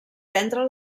vendre